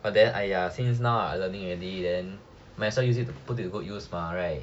but then !aiya! since now I learning already then might as well put it to good use mah right